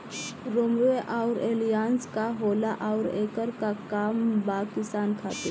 रोम्वे आउर एलियान्ज का होला आउरएकर का काम बा किसान खातिर?